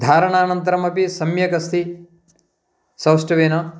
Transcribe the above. धारणानन्तरमपि सम्यक् अस्ति सौष्ठवेन